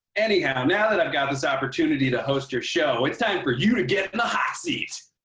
anyhow, now that i've got this opportunity to host your show, it's time for you to get seat.